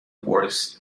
works